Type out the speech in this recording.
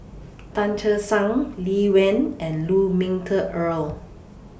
Tan Che Sang Lee Wen and Lu Ming Teh Earl